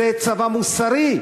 זה צבא מוסרי,